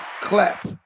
clap